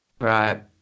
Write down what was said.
Right